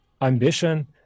Ambition